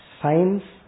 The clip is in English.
science